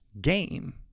game